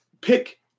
pick